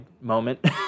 moment